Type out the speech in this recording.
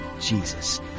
Jesus